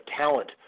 talent